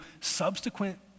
subsequent